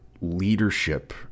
leadership